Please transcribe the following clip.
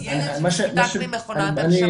ילד שנותק ממכונת הנשמה,